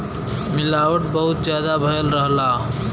मिलावट बहुत जादा भयल रहला